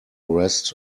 rest